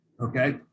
Okay